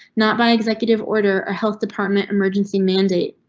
not by executive order or health department. emergency mandate.